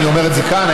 ואני אומר את זה כאן,